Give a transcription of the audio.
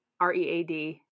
R-E-A-D